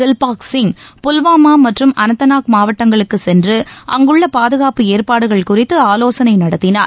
தில்பாக் சிங் புல்வாமா மற்றும் அனந்த்நாக் மாவட்டங்களுக்கு சென்று அங்குள்ள பாதுகாப்பு ஏற்பாடுகள் குறித்து ஆவோசனை நடத்தினார்